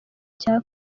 cya